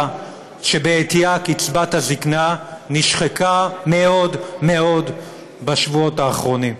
שבעטיה קצבת הזקנה נשחקה מאוד מאוד בשבועות האחרונים.